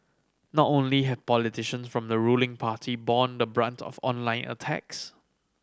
not only have politicians from the ruling party borne the brunt of online attacks